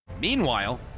Meanwhile